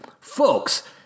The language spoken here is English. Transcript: Folks